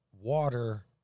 water